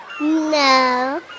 No